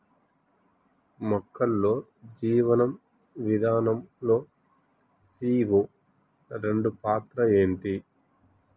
మొక్కల్లో జీవనం విధానం లో సీ.ఓ రెండు పాత్ర ఏంటి?